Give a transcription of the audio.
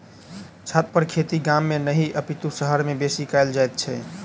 छतपर खेती गाम मे नहि अपितु शहर मे बेसी कयल जाइत छै